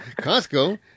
Costco